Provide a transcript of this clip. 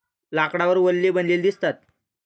लाकडावर वलये बनलेली दिसतात